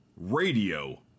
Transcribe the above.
radio